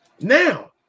Now